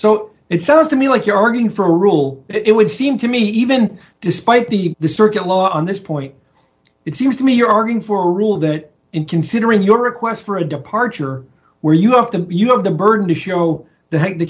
so it sounds to me like you are going for a rule it would seem to me even despite the circuit law on this point it seems to me you're arguing for a rule that in considering your request for a departure where you have the you have the burden to show that the